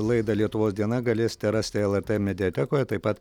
laidą lietuvos diena galėsite rasti lrt mediatekoje taip pat